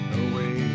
away